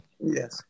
Yes